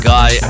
Guy